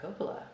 Coppola